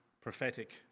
prophetic